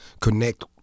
connect